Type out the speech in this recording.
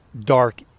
dark